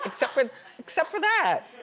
except for and except for that.